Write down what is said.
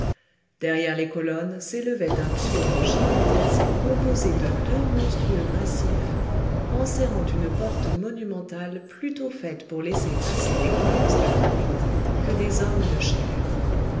derrière les colonnes s'élevait un pylône gigantesque composé de deux monstrueux massifs enserrant une porte monumentale plutôt faite pour laisser passer des colosses de granit que des hommes de chair